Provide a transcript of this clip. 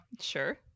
Sure